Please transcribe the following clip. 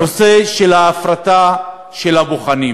זה לא הפתיע אותי,